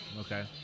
Okay